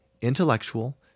intellectual